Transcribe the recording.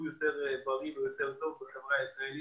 בחברה הישראלית יותר בריא ויותר טוב מאלו